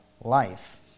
life